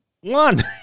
One